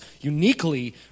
uniquely